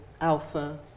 alpha